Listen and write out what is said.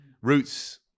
Roots